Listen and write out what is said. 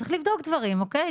צריך לבדוק דברים אוקיי?